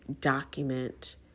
document